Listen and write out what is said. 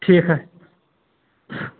ٹھیٖک حظ